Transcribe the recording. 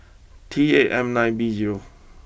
T eight M nine B zero